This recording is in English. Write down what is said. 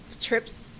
trips